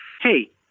hey